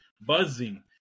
buzzing